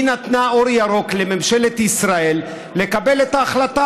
נתנה אור ירוק לממשלת ישראל לקבל את ההחלטה.